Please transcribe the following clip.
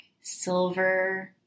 silver